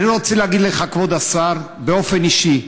אני רוצה להגיד לך, כבוד השר, באופן אישי: